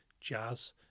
jazz